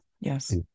Yes